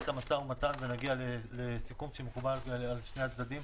את המשא-ומתן ונגיע לסיכום שמקובל על שני הצדדים.